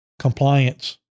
compliance